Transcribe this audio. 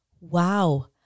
Wow